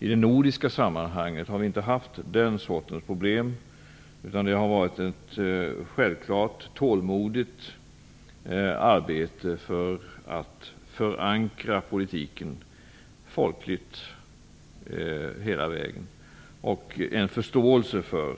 I det nordiska sammanhanget har vi inte haft den sortens problem, utan arbetet har varit självklart och tålmodigt för att folkligt förankra politiken hela vägen. Det har funnits en förståelse för